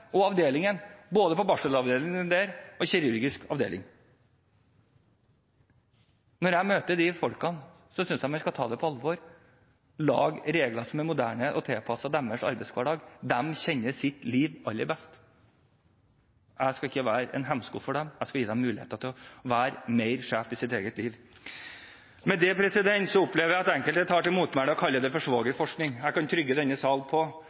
og avdelingen, både på barselavdelingen og kirurgisk avdeling. Når jeg møter folk, syns jeg man skal ta dem på alvor, lage regler som er moderne, og tilpasset deres arbeidshverdag. De kjenner sitt liv aller best. Jeg skal ikke være en hemsko for dem, jeg skal gi dem muligheter til å være mer sjef i sitt eget liv. Med det opplever jeg at enkelte tar til motmæle og kaller det for svogerforskning. Denne sal kan føle seg trygg på